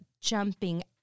jumping